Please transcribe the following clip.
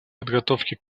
подготовке